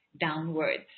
downwards